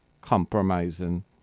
compromising